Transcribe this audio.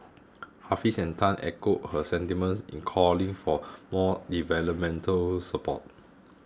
Hafiz and Tan echoed her sentiments in calling for more developmental support